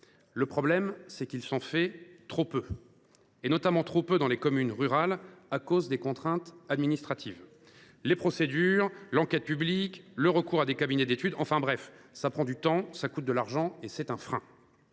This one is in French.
Le problème, c’est qu’il s’en crée trop peu, notamment dans les communes rurales, à cause des contraintes administratives – les procédures, l’enquête publique, le recours à des cabinets d’études, etc. Tout cela prend du temps, coûte de l’argent, et c’est un frein.